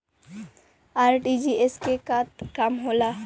RTGS के का काम होला?